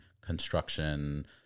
construction